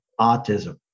autism